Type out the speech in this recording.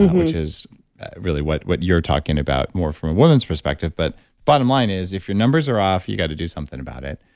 which is really what what you're talking about more from a woman's perspective. but the bottom line is if your numbers are off, you've got to do something about it.